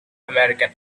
american